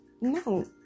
No